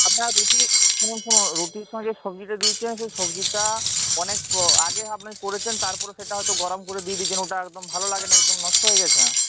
আপনার রুটি শুনুন শুনুন রুটির সঙ্গে সবজিটা দিয়েছেন সে সবজিটা অনেক আগে আপনি করেছেন তারপরে সেটা হয়ত গরম করে দিই দিয়েছেন ওটা একদম ভালো লাগে নি একদম নষ্ট হয়ে গেছে